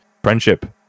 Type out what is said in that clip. Friendship